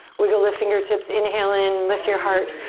wiggle the fingertips, inhale in, lift your heart.